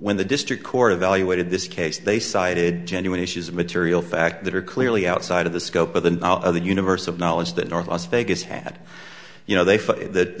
when the district court of valuated this case they cited genuine issues of material fact that are clearly outside of the scope of the other universe of knowledge that north las vegas had you know they